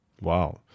Wow